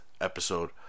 episode